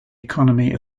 economy